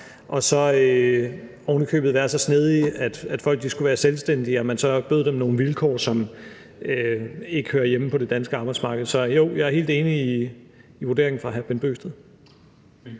og så oven i købet været så snedige, at folk skulle være selvstændige, så man bød dem nogle vilkår, som ikke hører hjemme på det danske arbejdsmarked. Så jo, jeg er helt enig i hr. Bent Bøgsteds